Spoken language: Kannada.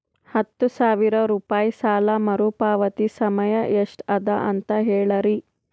ಹತ್ತು ಸಾವಿರ ರೂಪಾಯಿ ಸಾಲ ಮರುಪಾವತಿ ಸಮಯ ಎಷ್ಟ ಅದ ಅಂತ ಹೇಳರಿ?